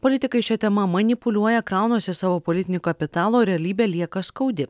politikai šia tema manipuliuoja kraunasi savo politinį kapitalą o realybė lieka skaudi